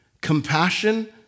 Compassion